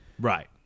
Right